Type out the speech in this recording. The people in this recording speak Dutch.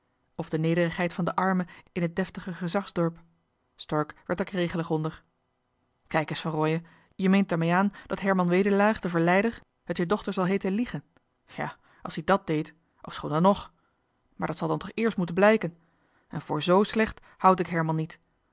of de nederigheid van den arme in het deftige gezagsdorp stork werd er kregelig onder kijk es van rooien je neemt daarmee aan dat herman wedelaar de verleider het je dochter johan de meester de zonde in het deftige dorp zal heeten liegen ja als ie dat deed ofschoon dan nog maar dat zal dan toch eerst moeten blijken en voor z slecht houd ik herman niet